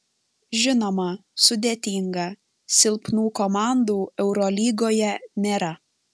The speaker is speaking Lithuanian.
žinoma sudėtinga silpnų komandų eurolygoje nėra